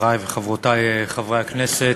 חברי וחברותי חברי הכנסת,